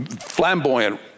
flamboyant